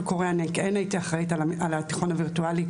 קורא אני כן הייתי אחראית על התיכון הווירטואלי,